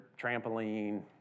trampoline